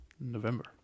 November